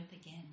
again